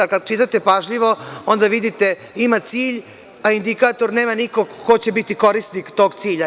Kada čitate pažljivo, onda vidite, ima cilj, a indikator, nema nikog ko će biti korisnik tog cilja.